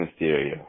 Mysterio